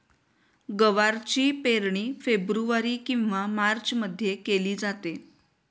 गवारची पेरणी फेब्रुवारी किंवा मार्चमध्ये केली जाते